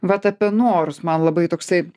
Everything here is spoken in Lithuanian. vat apie norus man labai toksai